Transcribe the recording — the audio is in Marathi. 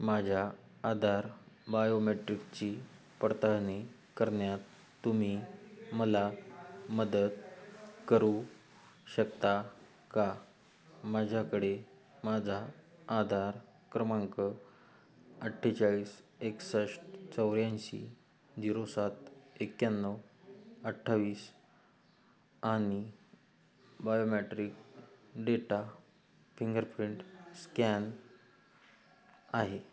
माझ्या आधार बायोमेट्रिकची पडताळणी करण्यात तुम्ही मला मदत करू शकता का माझ्याकडे माझा आधार क्रमांक अठ्ठेचाळीस एकसष्ट चौऱ्याऐंशी झिरो सात एक्याण्णव अठ्ठावीस आणि बायोमॅट्रिक डेटा फिंगरप्रिंट स्कॅन आहे